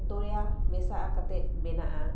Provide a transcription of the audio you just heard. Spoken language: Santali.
ᱫᱚᱨᱭᱟ ᱢᱮᱥᱟᱜ ᱠᱟᱛᱮ ᱵᱮᱱᱟᱜᱼᱟ